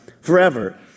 forever